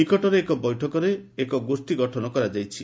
ନିକଟରେ ଏକ ବୈଠକରେ ଏକ ଗୋଷ୍ଠୀ ଗଠନ କରାଯାଇଛି